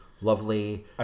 lovely